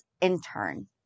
Intern